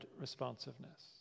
responsiveness